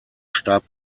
starb